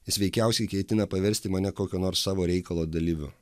jis veikiausiai ketina paversti mane kokio nors savo reikalo dalyviu